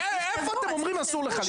איפה אתם אומרים אסור לך למנוע?